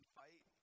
fight